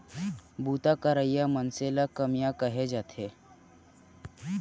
बूता करइया मनसे ल कमियां कहे जाथे